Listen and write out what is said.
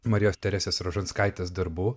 marijos teresės rožanskaitės darbų